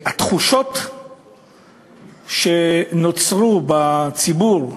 התחושות שנוצרו בציבור,